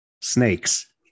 Snakes